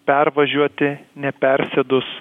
pervažiuoti nepersėdus